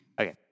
Okay